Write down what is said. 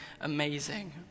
amazing